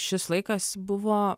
šis laikas buvo